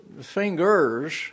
fingers